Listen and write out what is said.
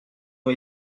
ont